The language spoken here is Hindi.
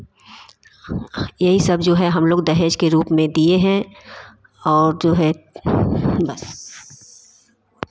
यही सब जो है हम लोग दहेज के रूप में दिए हैं और जो है बस